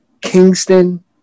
Kingston